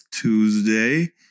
Tuesday